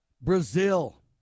Brazil